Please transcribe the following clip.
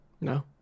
No